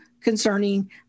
concerning